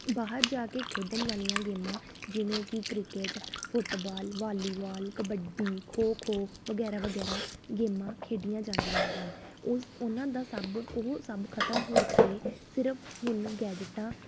ਬਾਹਰ ਜਾ ਕੇ ਖੇਡਣ ਵਾਲੀਆਂ ਗੇਮਾਂ ਜਿਵੇਂ ਕਿ cricket football volleyball kabaddi kho kho ਵਗੈਰਾ ਵਗੈਰਾ ਗੇਮਾਂ ਖੇਡੀਆਂ ਜਾਂਦੀਆਂ ਹਨ ਉਸ ਉਹਨਾਂ ਦਾ ਸਭ ਉਹ ਸਭ ਖਤਮ ਹੋ ਕੇ ਸਿਰਫ ਹੁਣ ਗੈਜਟਾਂ